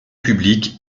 publique